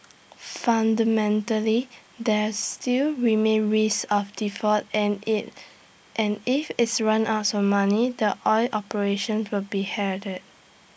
fundamentally there still remains risk of default and if and if its runs out of money the oil operations will be hair did